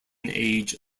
age